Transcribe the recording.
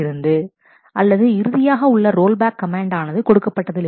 அல்லது இறுதியாக உள்ள ரோல்பேக் கமெண்ட் ஆனது கொடுக்கப்பட்டதிலிருந்து